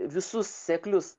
visus seklius